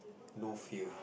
no fear